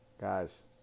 Guys